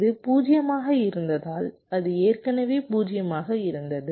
இது 0 ஆக இருந்ததால் அது ஏற்கனவே 0 ஆக இருந்தது